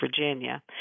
Virginia